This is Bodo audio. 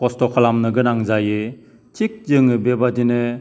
खस्थ' खालामनो गोनां जायो थिक जोङो बेबादिनो